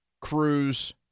Cruz